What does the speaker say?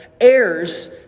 heirs